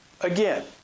Again